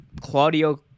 Claudio